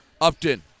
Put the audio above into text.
Upton